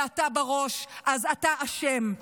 ואתה בראש אז אתה אשם.